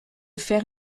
faire